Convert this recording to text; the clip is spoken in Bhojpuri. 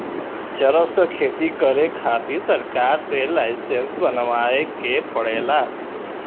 चरस क खेती करे खातिर सरकार से लाईसेंस बनवाए के पड़ेला